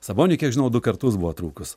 saboniui kiek žinau du kartus buvo trūkus